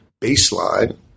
baseline